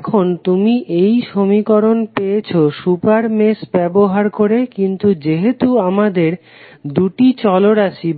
এখন তুমি একটি সমীকরণ পেয়েছো সুপার মেশ ব্যবহার করে কিন্তু যেহেতু আমাদের দুটি চলরাশি